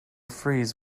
freeze